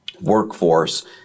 workforce